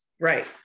right